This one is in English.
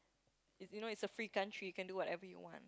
you you know it's a free country you can do whatever you want